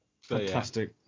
Fantastic